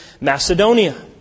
Macedonia